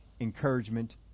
encouragement